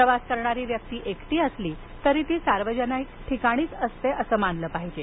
प्रवास करणारी व्यक्ति एकटी असली तरी ती सार्वजनिक ठिकाणीच असते असं मानलं पाहिजे